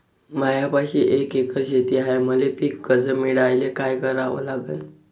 मायापाशी एक एकर शेत हाये, मले पीककर्ज मिळायले काय करावं लागन?